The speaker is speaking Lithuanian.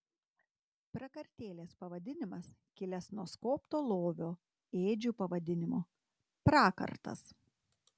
prakartėlės pavadinimas kilęs nuo skobto lovio ėdžių pavadinimo prakartas